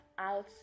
out